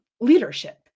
leadership